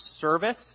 service